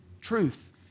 truth